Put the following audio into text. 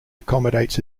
accommodates